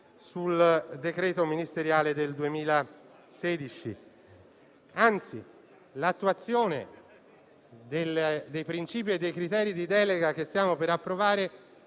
sul decreto ministeriale del 2016. Anzi, l'attuazione dei principi e dei criteri di delega che stiamo per approvare